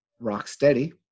Rocksteady